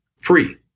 free